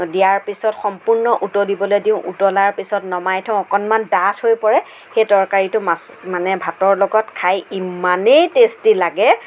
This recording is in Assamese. দিয়াৰ পিছত সম্পূৰ্ণ উতলিবলৈ দিওঁ উতলাৰ পিছত নমাই থওঁ অকণমান ডাঠ হৈ পৰে সেই তৰকাৰীটো মাছ মানে ভাতৰ লগত খায় ইমানেই টেষ্টী লাগে